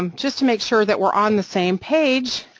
um just to make sure that we're on the same page,